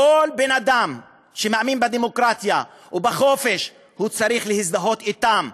כל בן-אדם שמאמין בדמוקרטיה או בחופש צריך להזדהות אתן.